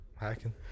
Hacking